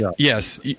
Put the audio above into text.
Yes